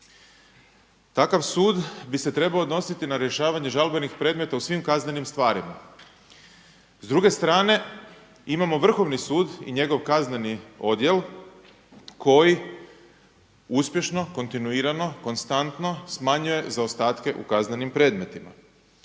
Takav sud bi se trebao odnositi na rješavanje žalbenih predmeta u svim kaznenim stvarima. S druge strane, imamo Vrhovni sud i njegov kazneni odjel koji uspješno, kontinuirano, konstantno smanjuje zaostatke u kaznenim predmetima.